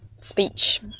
speech